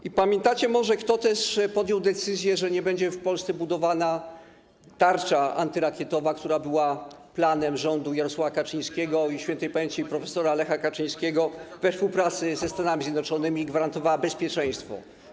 I pamiętacie może, kto podjął decyzję, że nie będzie w Polsce budowana tarcza antyrakietowa, która była planem rządu Jarosława Kaczyńskiego i śp. prof. Lecha Kaczyńskiego, we współpracy ze Stanami Zjednoczonymi, która gwarantowała bezpieczeństwo?